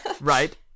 Right